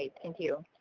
thank you.